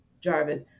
Jarvis